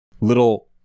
little